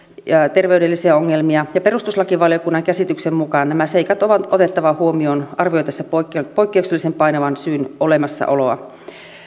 terveydellisiä ongelmia ja perustuslakivaliokunnan käsityksen mukaan nämä seikat on otettava huomioon arvioitaessa poikkeuksellisen painavan syyn olemassaoloa